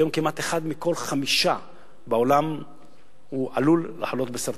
היום כמעט אחד מכל חמישה בעולם עלול לחלות בסרטן.